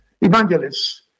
evangelists